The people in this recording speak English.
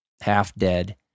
half-dead